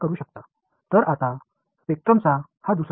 எனவே அது ஸ்பெக்ட்ரமின் மறு முனை